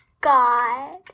God